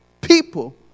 people